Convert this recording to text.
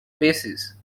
bases